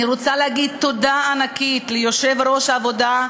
אני רוצה להגיד תודה ענקית ליושב-ראש ועדת העבודה,